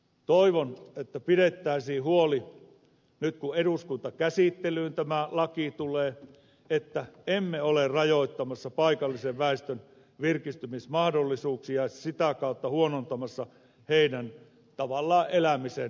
toivon että pidettäisiin huoli nyt kun valiokuntakäsittelyyn tämä laki tulee että emme ole rajoittamassa paikallisen väestön virkistymismahdollisuuksia ja sitä kautta huonontamassa heidän tavallaan elämisen olosuhteita